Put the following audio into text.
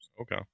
Okay